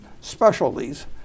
specialties